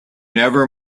never